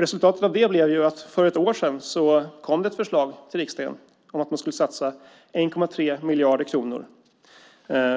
Resultatet av det blev att för ett år sedan kom det ett förslag till riksdagen om att man skulle satsa 1,3 miljarder kronor